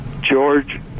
George